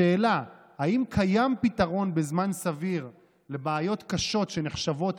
השאלה אם קיים פתרון בזמן סביר לבעיות קשות שנחשבות